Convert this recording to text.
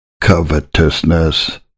covetousness